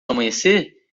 amanhecer